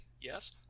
yes